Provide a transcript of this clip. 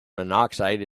monoxide